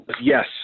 Yes